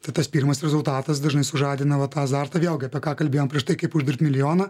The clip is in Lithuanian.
tai tas pirmas rezultatas dažnai sužadina va tą azartą vėlgi apie ką kalbėjom prieš tai kaip uždirbti milijoną